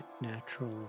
natural